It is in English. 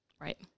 Right